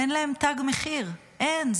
אין להם תג מחיר, אין.